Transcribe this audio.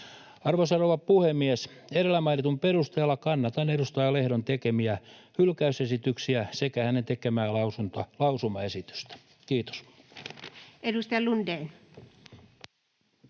Arvoisa rouva puhemies! Edellä mainitun perusteella kannatan edustaja Lehdon tekemiä hylkäysesityksiä sekä hänen tekemäänsä lausumaesitystä. — Kiitos. Nyt ei